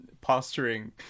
posturing